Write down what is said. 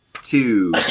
two